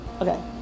Okay